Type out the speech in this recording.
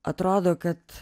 atrodo kad